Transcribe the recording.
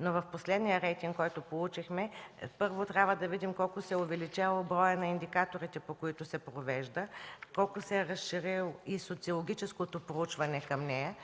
В последния рейтинг, който получихме, първо трябва да видим колко се увеличава броят на индикаторите, по които се провежда. Колко се е разширило и социологическото проучване към нея,